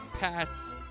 Pats